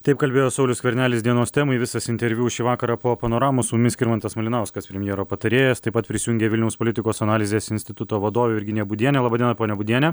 taip kalbėjo saulius skvernelis dienos temoj visas interviu šį vakarą po panoramos su mumis skirmantas malinauskas premjero patarėjas taip pat prisijungė vilniaus politikos analizės instituto vadovė virginija būdienė laba diena ponia būdiene